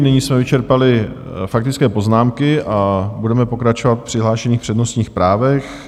Nyní jsme vyčerpali faktické poznámky a budeme pokračovat v přihlášených přednostních právech.